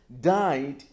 died